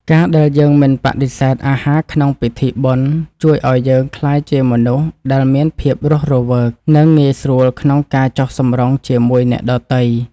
ការដែលយើងមិនបដិសេធអាហារក្នុងពិធីបុណ្យ ជួយឱ្យយើងក្លាយជាមនុស្សដែលមានភាពរស់រវើក និងងាយស្រួលក្នុងការចុះសម្រុងជាមួយអ្នកដទៃ។